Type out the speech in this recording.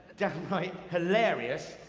downright hilarious,